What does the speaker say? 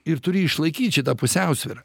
ir turi išlaikyt šitą pusiausvyrą